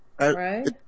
Right